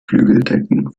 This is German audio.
flügeldecken